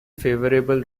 favorable